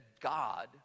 God